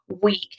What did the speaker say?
week